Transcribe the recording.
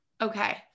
okay